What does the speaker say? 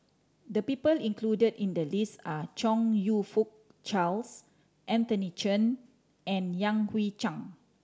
the people included in the list are Chong You Fook Charles Anthony Chen and Yan Hui Chang